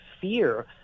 fear